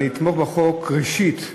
ואני אתמוך בחוק, ראשית,